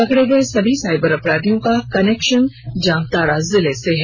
पकड़े गए सभी साइबर अपराधियों का कनेक्शन जामताड़ा जिले से है